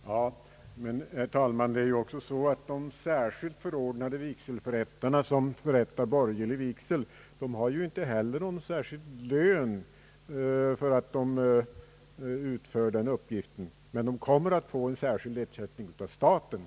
Herr talman! De särskilt förordnade vigselförrättare som förrättar borgerlig vigsel har inte heller någon speciell lön för att de utför den uppgiften. De kommer emellertid nu att få en särskild ersättning av staten.